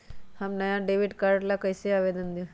हम नया debit card ला कईसे आवेदन दिउ?